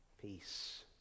Peace